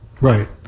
Right